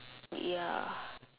ya